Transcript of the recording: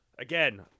again